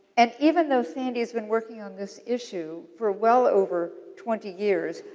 and, even though sandy's been working on this issue for well over twenty years,